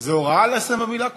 זה הוראה לסיים במילה "כולנו",